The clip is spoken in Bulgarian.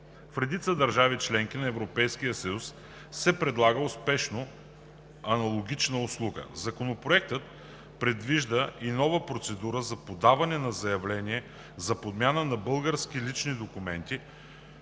В редица държави – членки на Европейския съюз, се предлага успешно аналогична услуга. Законопроектът предвижда и нова процедура за подаване на заявления за подмяна на български лични документи